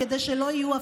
כדי שלא יהיו הפתעות,